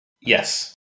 Yes